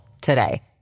today